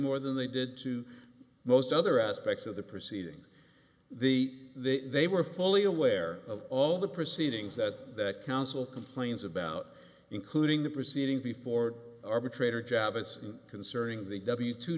more than they did to most other aspects of the proceedings the they were fully aware of all the proceedings that counsel complains about including the proceeding before arbitrator job as concerning the w t